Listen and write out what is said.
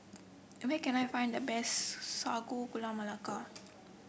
where can I find the best Sago Gula Melaka